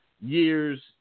years